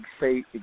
say